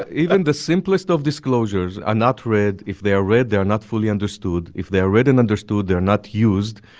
even the simplest of disclosures are not read. if they are read, they are not fully understood. if they are read and understood, they are not used.